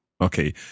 Okay